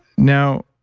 now,